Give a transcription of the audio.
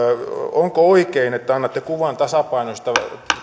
onko oikein että annatte kuvan tasapainoisesta